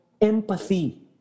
empathy